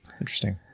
Interesting